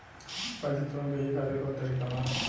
पैसे तुरंत भेजे खातिर कौन तरीका बा?